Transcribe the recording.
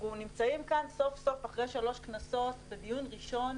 אנחנו נמצאים כאן סוף סוף אחרי שלוש כנסות בדיון ראשון,